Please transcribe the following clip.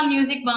Music